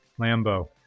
Lambo